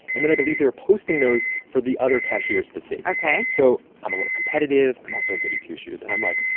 and then i believe they were posting those for the other cashiers to see ok so i'm a little competitive. i'm also a goody-two-shoes. and i'm like,